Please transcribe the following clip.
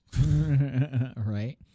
Right